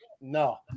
No